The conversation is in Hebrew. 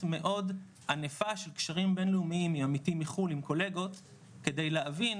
מאוד ענפה של קשרים בינלאומיים עם עמיתים מחו"ל עם קולגות כדי להבין